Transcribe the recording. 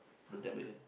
the ten million